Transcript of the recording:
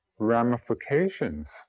ramifications